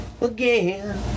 again